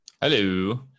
Hello